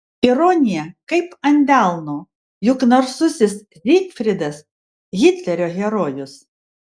ironija kaip ant delno juk narsusis zygfridas hitlerio herojus